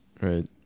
right